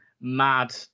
mad